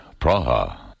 Praha